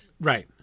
Right